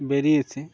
বেরিয়েছে